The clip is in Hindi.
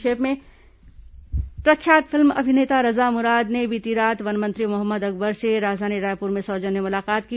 संक्षिप्त समाचार प्रख्यात फिल्म अभिनेता रजा मुराद ने बीती रात वन मंत्री मोहम्मद अकबर से राजधानी रायपुर में सौजन्य मुलाकात की